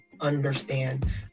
understand